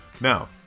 Now